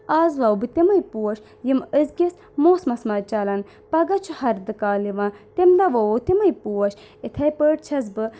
از وَو بہٕ تِمٕے پوش یِم أزکِس موسمَس منٛز چَلَن پَگاہ چھُ ہردٕ کال یِوان تمہِ دۄہ وٕوو تِمٕے پوش اِتھے پٲٹھۍ چھَس بہٕ